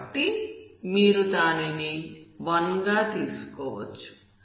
కాబట్టి మీరు దానిని 1 గా తీసుకోవచ్చు